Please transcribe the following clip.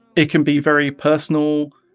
it can be very personal,